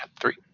three